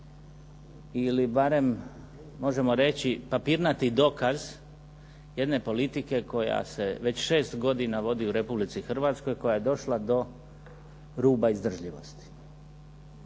ili barem možemo reći papirnati dokaz jedne politike koja se već šest godina vodi u Republici Hrvatskoj, koja je došla do ruba izdržljivosti.